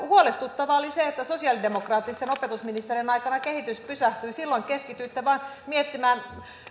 huolestuttavaa oli se että sosialidemokraattisten opetusministerien aikana kehitys pysähtyi silloin keskityitte vain miettimään